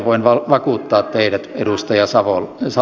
voin vakuuttaa teidät edustaja salolainen